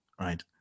right